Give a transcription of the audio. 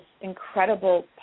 incredible